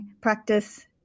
practice